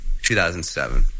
2007